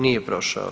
Nije prošao.